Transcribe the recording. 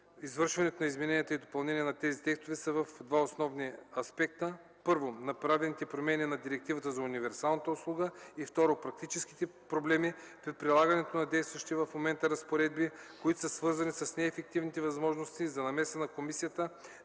извършването на изменения и допълнения на тези текстове, са в два основни аспекта: 1. Направените промени на Директивата за универсалната услуга и 2. Практическите проблеми при прилагането на действащите в момента разпоредби, които са свързани с неефективните възможности за намеса на Комисията